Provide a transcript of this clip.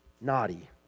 naughty